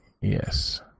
Yes